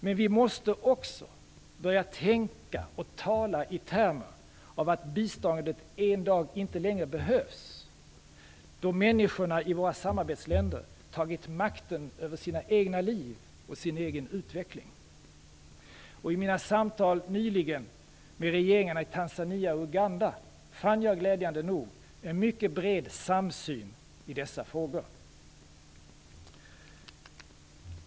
Men vi också börja tänka och tala i termer av att biståndet en dag inte längre behövs, då människorna i våra samarbetsländer tagit makten över sina egna liv och sin egen utveckling. I mina samtal nyligen med regeringarna i Tanzania och Uganda fann jag glädjande nog en bred samsyn i dessa frågor.